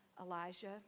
Elijah